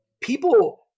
people